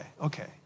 okay